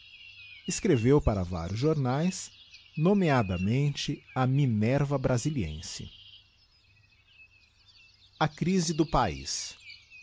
escreveu para vários jomaes nomeadamente a minerva brastliense a crise do paiz